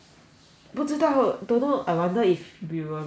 不知道 don't know I wonder if we were really